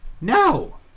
no